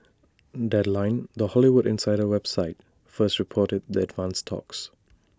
deadline the Hollywood insider website first reported the advanced talks